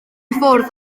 ffordd